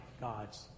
God's